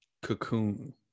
cocoon